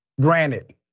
Granted